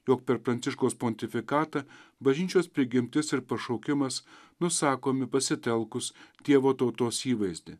jog per pranciškaus pontifikatą bažnyčios prigimtis ir pašaukimas nusakomi pasitelkus dievo tautos įvaizdį